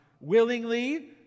willingly